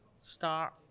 start